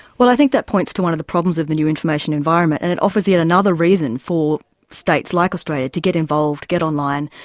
well, i think that points to one of the problems of the new information environment, and it offers yet another reason for states like australia to get involved, get online,